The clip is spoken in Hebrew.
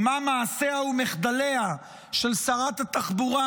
ומה מעשיה ומחדליה של שרת התחבורה,